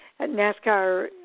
NASCAR